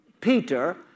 Peter